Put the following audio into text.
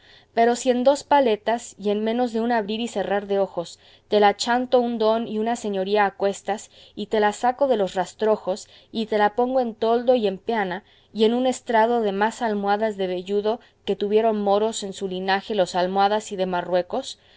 pero si en dos paletas y en menos de un abrir y cerrar de ojos te la chanto un don y una señoría a cuestas y te la saco de los rastrojos y te la pongo en toldo y en peana y en un estrado de más almohadas de velludo que tuvieron moros en su linaje los almohadas de marruecos